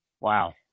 Wow